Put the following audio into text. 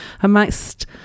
Amongst